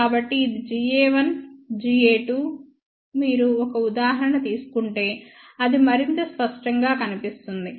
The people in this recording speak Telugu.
కాబట్టి ఇది Ga1 Ga2 మీరు ఒక ఉదాహరణ తీసుకుంటే అది మరింత స్పష్టంగా కనిపిస్తుంది